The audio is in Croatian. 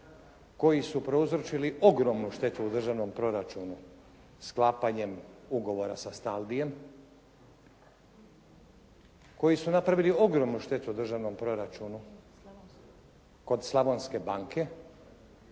koji su prouzročili ogromnu štetu u državnom proračunu sklapanje ugovora sa Astaldijem, koji su napravili ogromnu štetu u državnom proračunu kod Slavonske Banke